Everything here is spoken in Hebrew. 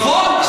נכון.